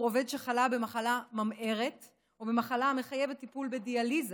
עובד שחלה במחלה ממארת או במחלה המחייבת טיפול בדיאליזה.